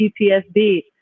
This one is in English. PTSD